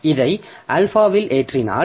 எனவே இதை ஆல்பாவில் ஏற்றினால்